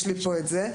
יש לי פה את זה,